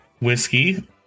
whiskey